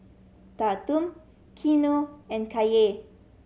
Tatum Keanu and Kaye